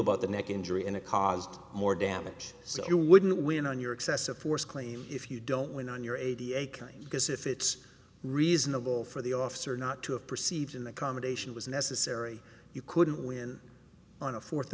about the neck injury and it caused more damage so you wouldn't win on your excessive force claim if you don't win on your eighty eight because if it's reasonable for the officer not to have perceived in the combination was necessary you couldn't win on a fourth